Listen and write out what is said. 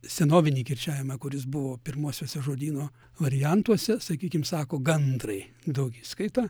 senovinį kirčiavimą kuris buvo pirmuosiuose žodyno variantuose sakykim sako gandrai daugiskaita